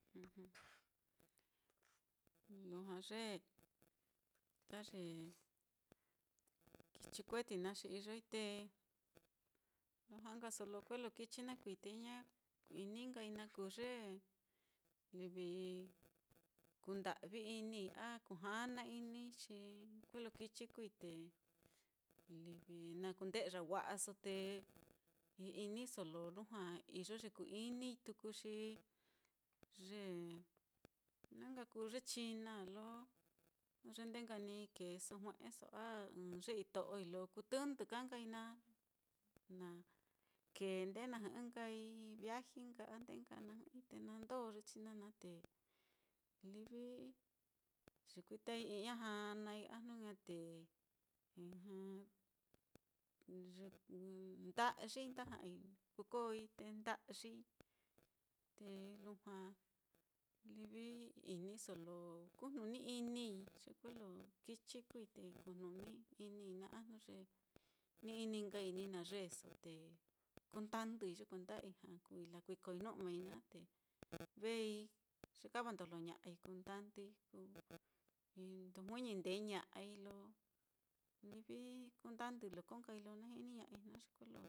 lujua ye ta ye kichi kueti naá xi iyoi te lo ja'a nkaso ye kuelo kichi naá kuui te ña ini nkai na kuu ye kunda'vi-inii, a kujana-inii, xi kuelo kichi kuui te livi na kunde'ya wa'aso, te iniso lo lujua iyo ye ku-inii, tuku xi ye na nka kuu ye china á, lo jnu ye ndee nka ni keeso jue'eso a ɨ́ɨ́n ye ito'oi lo kuu tɨndɨ ka nkai naá na kee ndee na jɨ'ɨ nkai viaji nka a ndee nka na jɨ'ɨi te na ndo nka ye china naá, te livi yekuitai ijña janai, a jnu ña'a te nda'yii nda ja'ai, kukooi te nda'yii, te lujua livi iniso lo kujnuni-inii ye kuelo kichi kuui te kujnuni-inii naá, a jnu ye ni ini nkai ni na yeeso kundandui ye kuenda ijña kuui lakuikoi nu'mei naá te vei yekavandojloña'ai, kundandui, ku-ndojuiñindee ña'ai lo livi kundandu lokoi lo na jiniña'ai naá ye kuelo.